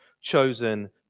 chosen